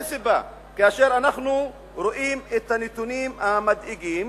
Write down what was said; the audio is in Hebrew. אנחנו רואים את הנתונים המדאיגים